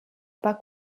pas